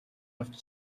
авч